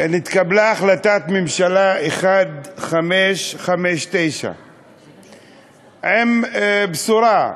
נתקבלה החלטת ממשלה 1559 עם בשורה,